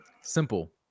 Simple